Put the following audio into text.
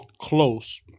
close